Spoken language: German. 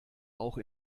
auch